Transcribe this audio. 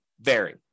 vary